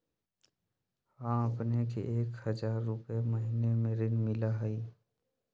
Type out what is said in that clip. हां अपने के एक हजार रु महीने में ऋण मिलहई?